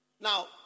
Now